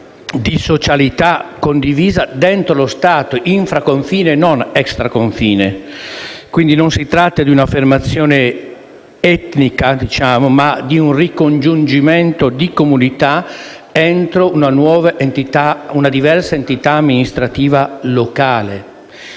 di socialità condivisa dentro lo Stato, infraconfine e non extraconfine. Quindi non si tratta di un'affermazione etnica, ma di un ricongiungimento di comunità, all'interno di una diversa entità amministrativa locale.